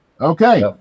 Okay